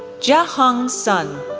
jiahong sun,